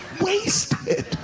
wasted